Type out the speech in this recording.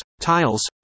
tiles